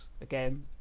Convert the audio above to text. again